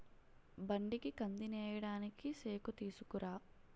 బండికి కందినేయడానికి సేకుతీసుకురా